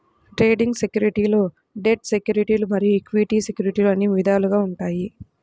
trading సెక్యూరిటీలు debt సెక్యూరిటీలు మరియు ఈక్విటీ సెక్యూరిటీలు అని విధాలుగా ఉంటాయి